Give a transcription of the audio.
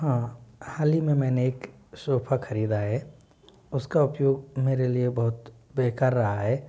हाँ हाल ही में मैंने एक सोफ़ा ख़रीदा है उसका उपयोग मेरे लिए बहुत बेकार रहा है